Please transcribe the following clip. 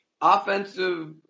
Offensive